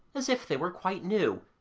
as if they were quite new,